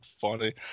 funny